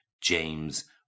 James